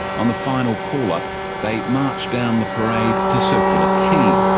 on the final call-up they marched down the parade to circular quay.